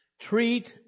treat